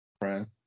friends